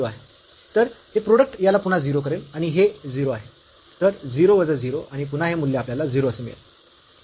तर हे प्रोडक्ट याला पुन्हा 0 करेल आणि हे 0 आहे तर 0 वजा 0 आणि पुन्हा हे मूल्य आपल्याला 0 असे मिळेल